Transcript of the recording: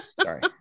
Sorry